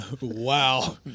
wow